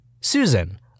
Susan